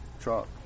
truck